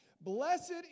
Blessed